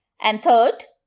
and third,